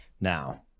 Now